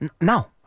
No